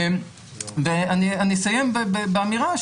ואני אסיים באמירה,